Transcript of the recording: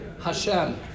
Hashem